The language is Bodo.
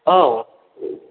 औ